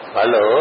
Hello